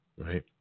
Right